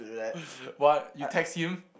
what you text him